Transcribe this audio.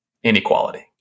Inequality